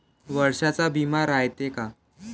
वर्षाचा बिमा रायते का?